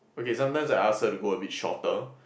okay sometimes I ask her to go abit shorter